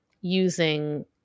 using